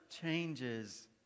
changes